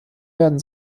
werden